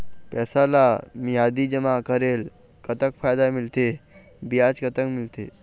पैसा ला मियादी जमा करेले, कतक फायदा मिलथे, ब्याज कतक मिलथे?